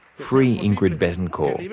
free ingrid betancourt.